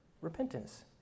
repentance